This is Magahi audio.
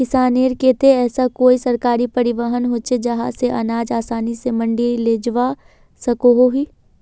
किसानेर केते ऐसा कोई सरकारी परिवहन होचे जहा से अनाज आसानी से मंडी लेजवा सकोहो ही?